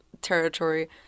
territory